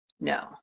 no